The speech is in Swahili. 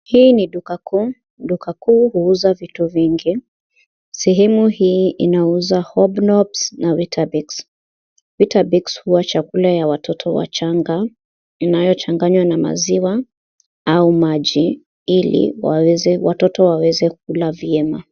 Hii ni duka kuu. Duka kuu huuza vitu vingi. Sehemu hii inauza hotdogs na weetabix . Weetabix huwa chakula ya watoto wachanga, inayochanganywa na maziwa au maji ili watoto waweze kula vyema.